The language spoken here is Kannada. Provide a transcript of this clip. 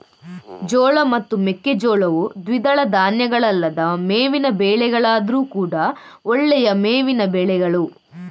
ಜೋಳ ಮತ್ತು ಮೆಕ್ಕೆಜೋಳವು ದ್ವಿದಳ ಧಾನ್ಯಗಳಲ್ಲದ ಮೇವಿನ ಬೆಳೆಗಳಾದ್ರೂ ಕೂಡಾ ಒಳ್ಳೆಯ ಮೇವಿನ ಬೆಳೆಗಳು